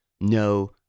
no